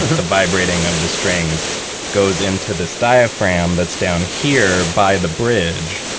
ah the vibrating of the strings goes into this diaphragm that's down here by the bridge,